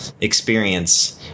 experience